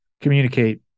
communicate